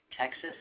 Texas